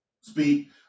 speak